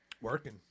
Working